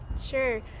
Sure